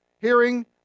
hearing